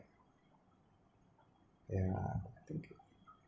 ya